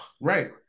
Right